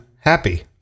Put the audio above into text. happy